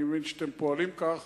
אני מבין שאתם פועלים כך.